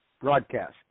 broadcast